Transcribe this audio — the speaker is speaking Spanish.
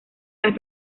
las